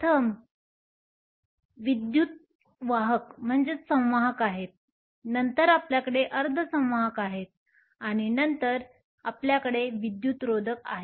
प्रथम एक विद्युतवाहकसंवाहक आहेत नंतर आपल्याकडे अर्धसंवाहक आहेत आणि नंतर शेवटी आपल्याकडे विद्युतरोधक आहेत